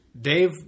Dave